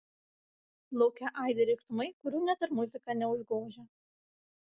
lauke aidi riksmai kurių net ir muzika neužgožia